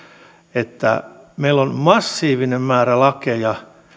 että meillä on massiivinen määrä lakeja